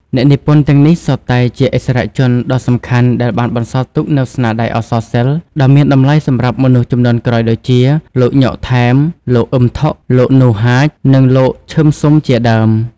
អ្នកនិពន្ធទាំងនេះសុទ្ធតែជាឥស្សរជនដ៏សំខាន់ដែលបានបន្សល់ទុកនូវស្នាដៃអក្សរសិល្ប៍ដ៏មានតម្លៃសម្រាប់មនុស្សជំនាន់ក្រោយ ដូចជា លោកញ៉ុក ថែម លោកអ៊ឹម ថុក លោកនូ ហាច និងលោកឈឹម ស៊ុម ជាដើម ។